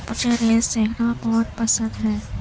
مجھے ریلس دیکھنا بہت پسند ہے